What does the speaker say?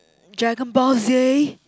dragon ball Z